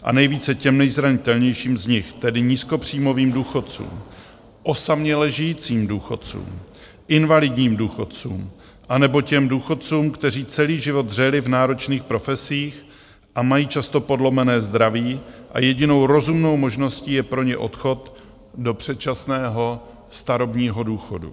A nejvíce těm nejzranitelnějším z nich, tedy nízkopříjmových důchodcům, osaměle žijícím důchodcům, invalidním důchodcům, anebo těm důchodcům, kteří celý život dřeli v náročných profesích a mají často podlomené zdraví a jedinou rozumnou možností je pro ně odchod do předčasného starobního důchodu.